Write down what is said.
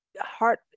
heart